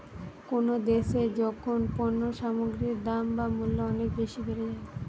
কোনো দ্যাশে যখন পণ্য সামগ্রীর দাম বা মূল্য অনেক বেশি বেড়ে যায়